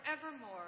forevermore